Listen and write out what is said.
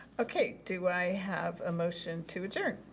okay, do i have a motion to adjourn?